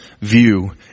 view